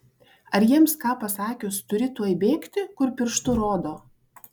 ar jiems ką pasakius turi tuoj bėgti kur pirštu rodo